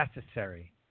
necessary